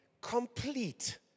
complete